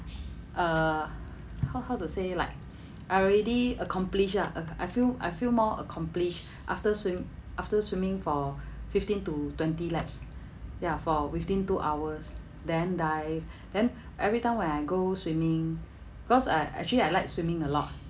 uh how how to say like I already accomplish ah uh I feel I feel more accomplished after swim~ after swimming for fifteen to twenty laps ya for within two hours then di~ then every time when I go swimming cause uh actually I like swimming a lot